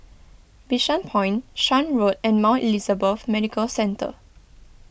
Bishan Point Shan Road and Mount Elizabeth Medical Centre